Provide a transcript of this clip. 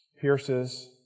pierces